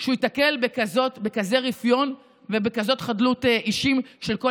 שהוא ייתקל בכזה רפיון ובכזאת חדלות אישים של כל